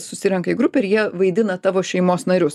susirenka į grupę ir jie vaidina tavo šeimos narius